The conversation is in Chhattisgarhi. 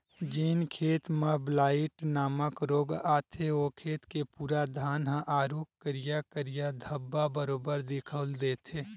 जेन खेत म ब्लाईट नामक रोग आथे ओ खेत के पूरा धान ह आरुग करिया करिया धब्बा बरोबर दिखउल देथे